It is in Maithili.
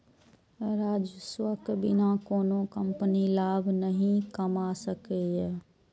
राजस्वक बिना कोनो कंपनी लाभ नहि कमा सकैए